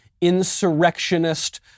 insurrectionist